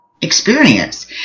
experience